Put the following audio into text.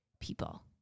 people